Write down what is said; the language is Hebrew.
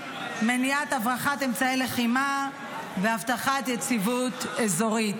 מניעת הברחת אמצעי לחימה והבטחת יציבות אזורית.